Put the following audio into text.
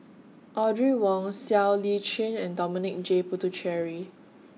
Audrey Wong Siow Lee Chin and Dominic J Puthucheary